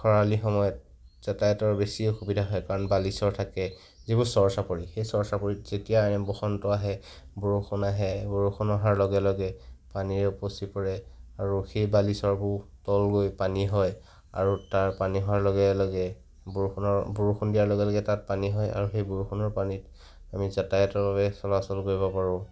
খৰালি সময়ত যাতায়াতৰ বেছি সুবিধা হয় কাৰণ বালিচৰ থাকে যিবোৰ চৰ চাপৰি সেই চৰ চাপৰিত যেতিয়া এই বসন্ত আহে বৰষুণ আহে বৰষুণ অহাৰ লগে লগে পানীৰে উপচি পৰে আৰু সেই বালিচৰবোৰ তল গৈ পানী হয় আৰু তাৰ পানী হোৱাৰ লগে লগে বৰষুণৰ বৰষুণ দিয়াৰ লগে লগে তাত পানী হয় আৰু সেই বৰষুণৰ পানীত আমি যাতায়াতৰ বাবে চলাচল কৰিব পাৰোঁ